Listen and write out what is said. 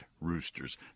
roosters